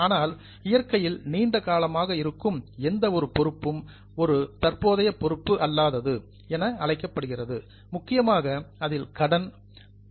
ஆனால் இயற்கையில் நீண்ட காலமாக இருக்கும் எந்த ஒரு பொறுப்பும் ஒரு தற்போதைய பொறுப்பு அல்லாதது என அழைக்கப்படுகிறது முக்கியமாக அதில் கடன் அல்லது பாரோயின்ங்கஸ் கடன்கள் அடங்கும்